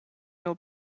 miu